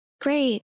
Great